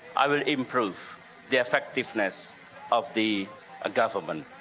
i will improve the effectiveness of the government.